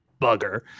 bugger